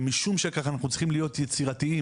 ומשום שכך אנחנו צריכים להיות יצירתיים.